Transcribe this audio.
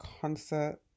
concert